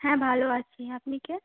হ্যাঁ ভালো আছি আপনি কে